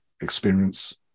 experience